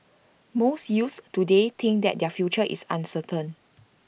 most youths today think that their future is uncertain